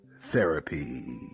therapy